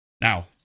Now